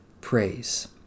praise